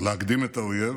להקדים את האויב